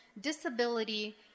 Disability